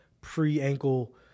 pre-ankle